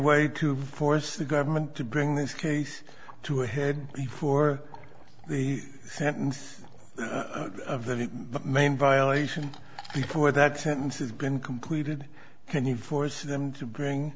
way to force the government to bring this case to a head before the sentence of the main violation before that sentence has been completed can you force them to bring